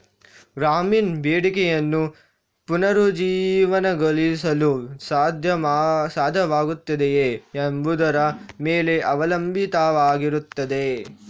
ಗ್ರಾಮೀಣ ಬೇಡಿಕೆಯನ್ನು ಪುನರುಜ್ಜೀವನಗೊಳಿಸಲು ಸಾಧ್ಯವಾಗುತ್ತದೆಯೇ ಎಂಬುದರ ಮೇಲೆ ಅವಲಂಬಿತವಾಗಿರುತ್ತದೆ